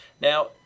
now